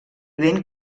ben